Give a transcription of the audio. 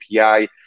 API